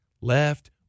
left